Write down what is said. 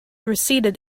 receded